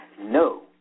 no